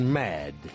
mad